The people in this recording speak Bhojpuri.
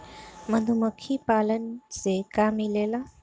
मधुमखी पालन से का मिलेला?